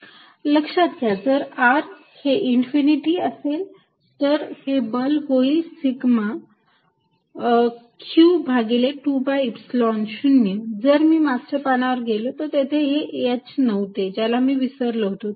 Fvertical2πσqh4π0hh2R2ydyy3σqh201h 1h2R2 लक्षात घ्या जर r हे इंफिनिटी असेल तर हे बल होईल सिग्मा q भागिले 2 pi Epsilon 0 जर मी मागच्या पानावर गेलो तर तेथे हे h नव्हते ज्याला मी विसरलो होतो